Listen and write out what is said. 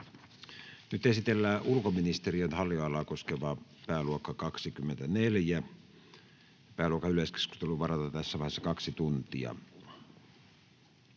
Esitellään ulkoministeriön hallinnonalaa koskeva pääluokka 24. Pääluokan yleiskeskusteluun varataan tässä vaiheessa kaksi tuntia.